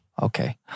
Okay